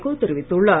கோ தெரிவித்துள்ளார்